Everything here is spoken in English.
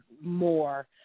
more